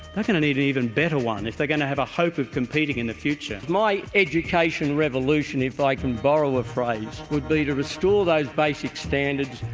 but going to need an even better one if they're going to have a hope of competing in the future. my education revolution, if i can borrow a phrase, would be to restore those basic standards,